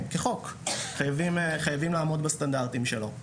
חייבים, כְּחוק, חייבים לעמוד בסטנדרטים שלו.